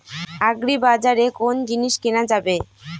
আগ্রিবাজারে কোন জিনিস কেনা যাবে?